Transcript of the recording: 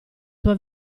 tua